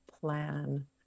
plan